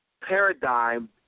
paradigm